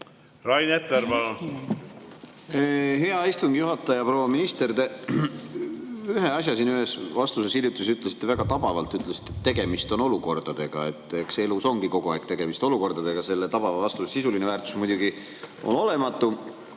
erinevaid. Hea istungi juhataja! Proua minister! Te ühe asja ühes hiljutises vastuses ütlesite väga tabavalt. Te ütlesite, et tegemist on olukordadega. Eks elus ongi kogu aeg tegemist olukordadega. Selle tabava vastuse sisuline väärtus muidugi on olematu.